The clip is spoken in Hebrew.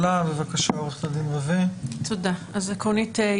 עורכת הדין רווה, תציגי בבקשה את עמדת הממשלה.